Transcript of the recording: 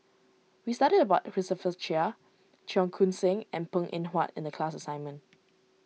we studied about Christopher Chia Cheong Koon Seng and Png Eng Huat in the class assignment